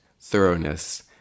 thoroughness